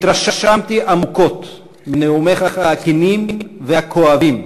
התרשמתי עמוקות מנאומיך הכנים והכואבים,